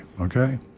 Okay